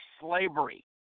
slavery